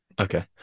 Okay